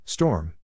Storm